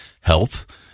health